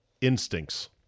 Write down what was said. instincts